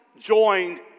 joined